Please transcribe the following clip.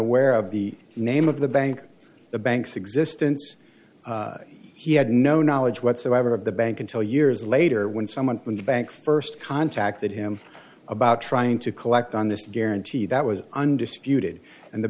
aware of the name of the bank the bank's existence he had no knowledge whatsoever of the bank until years later when someone from the bank first contacted him about trying to collect on this guarantee that was undisputed and the